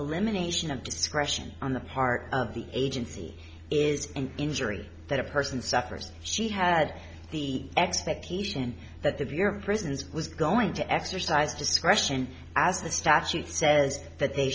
elimination of discretion on the part of the agency is an injury that a person suffers she had the expectation that the bureau of prisons was going to exercise discretion as the statute says that they